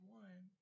one